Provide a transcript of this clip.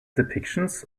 depictions